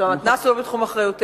המתנ"ס הוא לא בתחום אחריותנו.